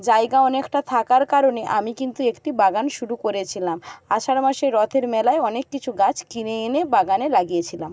জায়গা অনেকটা থাকার কারণে আমি কিন্তু একটি বাগান শুরু করেছিলাম আষাঢ় মাসে রথের মেলায় অনেক কিছু গাছ কিনে এনে বাগানে লাগিয়েছিলাম